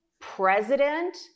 president